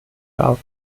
darf